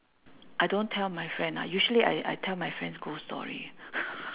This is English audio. I don't tell my friend ah usually I I tell my friends ghost story